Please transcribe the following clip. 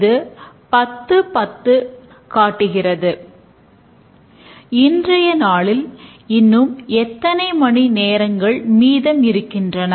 அவை அதிக எண்ணிக்கையிலான முறைகளுக்கு உதவுகின்றன